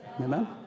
Amen